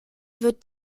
wird